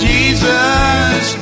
Jesus